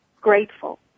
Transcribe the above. grateful